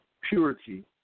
purity